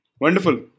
Wonderful